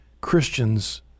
Christians